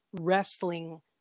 wrestling